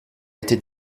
été